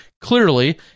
Clearly